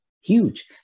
Huge